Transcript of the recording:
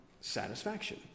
satisfaction